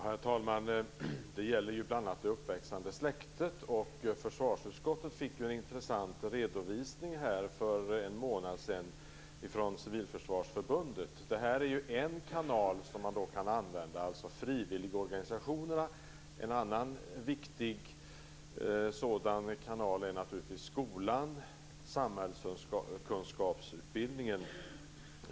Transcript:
Herr talman! Det gäller bl.a. det uppväxande släktet. Försvarsutskottet fick en intressant redovisning av Civilförsvarsförbundet för en månad sedan. En kanal man kan använda är just frivilligorganisationerna. En annan viktig kanal är naturligtvis skolan och samhällskunskapsutbildningen.